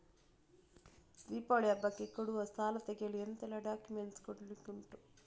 ದೀಪಾವಳಿ ಹಬ್ಬಕ್ಕೆ ಕೊಡುವ ಸಾಲ ತೆಗೆಯಲು ಎಂತೆಲ್ಲಾ ಡಾಕ್ಯುಮೆಂಟ್ಸ್ ಕೊಡ್ಲಿಕುಂಟು?